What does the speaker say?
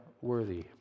worthy